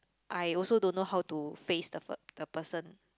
I also don't know how to face the per~ the person